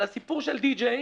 על הסיפור של די-ג'יי,